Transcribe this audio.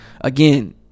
Again